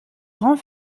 grands